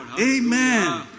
Amen